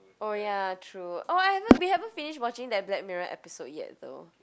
oh ya true oh I haven't we haven't finish watching that Black-Mirror episode yet though